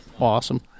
awesome